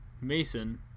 mason